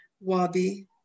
Wabi